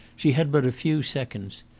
she had but a few seconds.